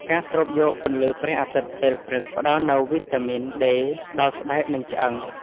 ការស្រូបយកពន្លឺព្រះអាទិត្យពេលព្រឹក ផ្តល់នូវវីតាមីន ដេ ដល់ស្បែក និងឆ្អឹង។